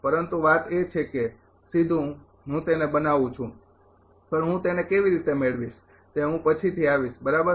પરંતુ વાત એ છે કે સીધું હું તેને બનાવું છું પણ હું તેને કેવી રીતે મેળવીશ તે હું પછીથી આવીશ બરાબર